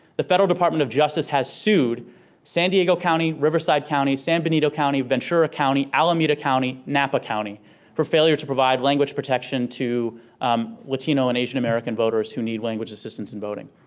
the federal department of justice has sued san diego county, riverside county, san benito county, ventura county, alameda county, napa county for failure to provide language protection to latino and asian american voters who need language assistance in voting.